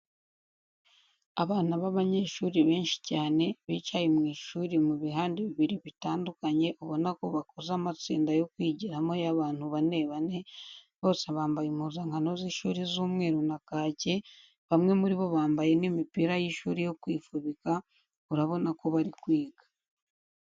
Abana b'abanyeshuri benshi cyane, bicaye mu ishuri mu bihande bibiri bitandukanye ubona ko bakoze amatsinda yo kwigiramo y'abantu bane bane, bose bambaye impuzankano z'ishuri z'umweru na kake, bamwe muri bo bambaye n'imipira y'ishuri yo kwifubika, urabona ko bari kwiga.